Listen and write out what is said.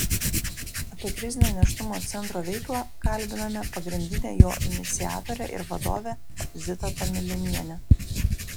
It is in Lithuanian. apie krizinio nėštumo centro veiklą kalbiname pagrindinę jo iniciatorę ir vadovę zitą tomilinienę